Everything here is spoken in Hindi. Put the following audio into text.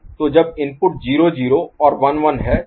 तो जब इनपुट 0 0 और 1 1 है तो आउटपुट 1 होगा